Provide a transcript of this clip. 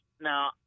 Now